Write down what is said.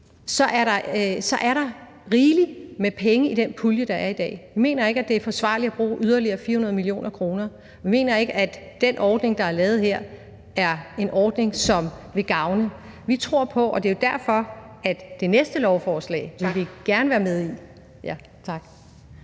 er der rigeligt med penge i den pulje, der er i dag. Vi mener ikke, det er forsvarligt at bruge yderligere 400 mio. kr., og vi mener ikke, at den ordning, der er lavet her, er en ordning, som vil gavne. Det er derfor, at vi gerne vil være med i